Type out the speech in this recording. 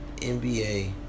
NBA